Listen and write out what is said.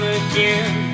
again